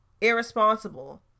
irresponsible